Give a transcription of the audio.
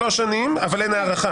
שלוש שנים, אבל אין הארכה.